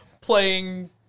playing